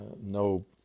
No